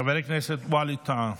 חבר הכנסת ווליד טאהא.